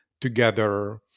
together